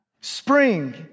spring